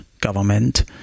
government